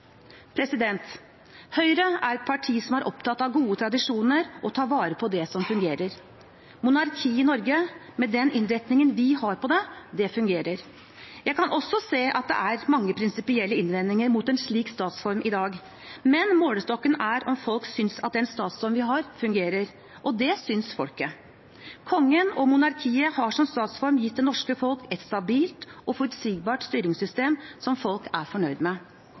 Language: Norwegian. Høyre er et parti som er opptatt av gode tradisjoner og av å ta vare på det som fungerer. Monarkiet i Norge, med den innretningen vi har på det, fungerer. Jeg kan også se at det er mange prinsipielle innvendinger mot en slik statsform i dag, men målestokken er om folk synes at den statsformen vi har, fungerer. Det synes folket. Kongen og monarkiet har som statsform gitt det norske folk et stabilt og forutsigbart styringssystem som folk er fornøyd med.